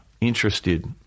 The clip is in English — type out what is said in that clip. interested